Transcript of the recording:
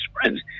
friends